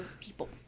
people